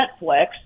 Netflix